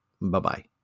Bye-bye